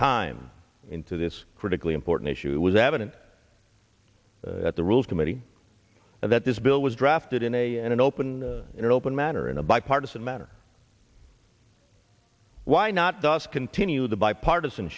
time into this critically important issue was evident at the rules committee and that this bill was drafted in a in an open and open manner in a bipartisan manner why not just continue the bipartisan